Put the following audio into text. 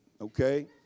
Okay